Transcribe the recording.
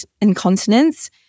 incontinence